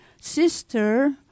sister